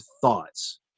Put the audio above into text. thoughts